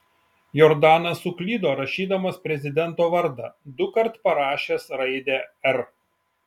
jordanas suklydo rašydamas prezidento vardą dukart parašęs raidę r